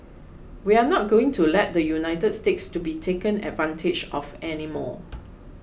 we are not going to let the United States to be taken advantage of any more